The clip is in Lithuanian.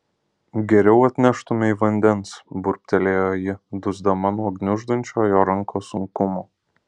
geriau atneštumei vandens burbtelėjo ji dusdama nuo gniuždančio jo rankos sunkumo